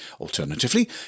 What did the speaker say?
Alternatively